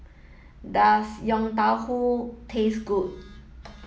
does Yong Tau Foo taste good